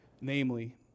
Namely